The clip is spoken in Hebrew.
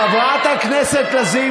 חבר הכנסת קיש.